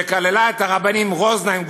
שכללה את הרבנים רוזנהיים,